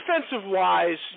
defensive-wise